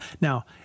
Now